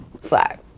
slack